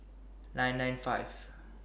nine nine five